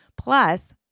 plus